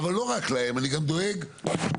אבל לא רק להם, אני גם דואג לפרויקט.